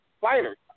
fighters